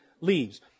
leaves